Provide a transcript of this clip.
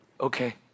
Okay